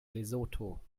lesotho